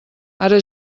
ara